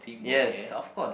yes of course